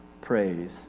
praise